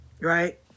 right